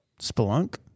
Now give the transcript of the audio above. spelunk